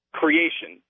creation